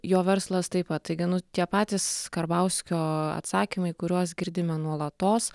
jo verslas taip pat taigi nu tie patys karbauskio atsakymai kuriuos girdime nuolatos